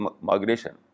migration